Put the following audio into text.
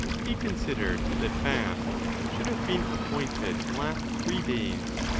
he considered that fasts should have been appointed to last three days,